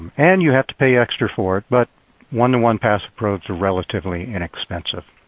and you have to pay extra for it but one one passive probes are relatively inexpensive.